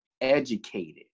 educated